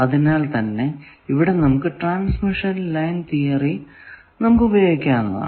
അതിനാൽ തന്നെ ഇവിടെ നമുക്ക് ട്രാൻസ്മിഷൻ ലൈൻ തിയറി ഉപയോഗിക്കാനാകുന്നതാണ്